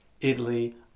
italy